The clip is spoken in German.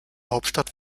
hauptstadt